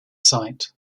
site